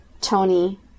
Tony